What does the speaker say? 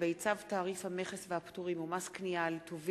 לוועדת המדע והטכנולוגיה נתקבלה.